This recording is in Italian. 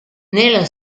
nella